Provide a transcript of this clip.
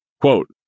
Quote